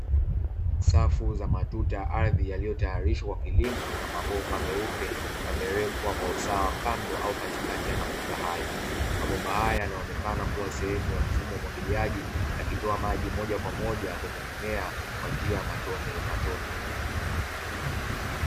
Safu za matuta ya ardhi yaliyotayarishwa kwa kilimo na mabomba meupe yamewekwa kwa usawa wa kando au katikati ya maduka hayo maboba hayo yanaonekana kuwa sehemu ya mfumo mwagiliaji kakitoa maji moja kwa moja kwenye mimea kwa njia ya matone